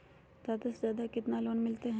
जादे से जादे कितना लोन मिलते?